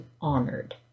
honored